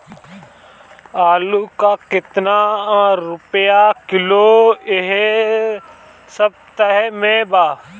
आलू का कितना रुपया किलो इह सपतह में बा?